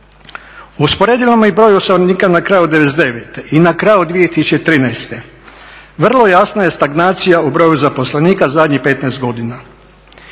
Usporedimo li broj osiguranika na kraju '99. i na kraju 2013. vrlo jasna je stagnacija o broju zaposlenika zadnjih 15 godina.